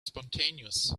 spontaneous